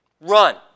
Run